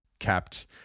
kept